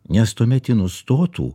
nes tuomet ji nustotų